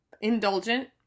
indulgent